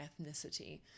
ethnicity